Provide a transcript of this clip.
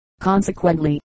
Consequently